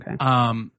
okay